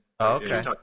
Okay